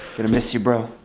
gonna miss you bro